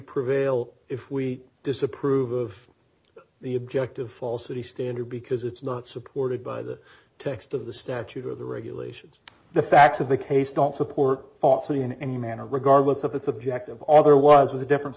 prevail if we disapprove of the objective fall the standard because it's not supported by the text of the statute or the regulations the facts of the case don't support falsity in any manner regardless of its objective all there was was a difference